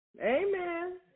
Amen